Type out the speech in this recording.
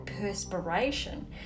perspiration